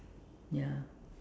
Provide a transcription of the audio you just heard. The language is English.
ya